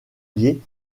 liée